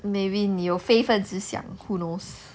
maybe 你有非分之想 who knows